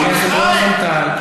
חבר הכנסת רוזנטל.